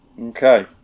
Okay